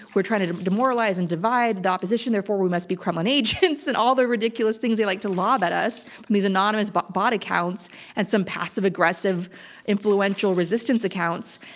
we're trying to to demoralize and divide the opposition. therefore, we must be kremlin agents and all the ridiculous things they like to lob at us from and these anonymous bot bot accounts and some passive aggressive influential resistance accounts,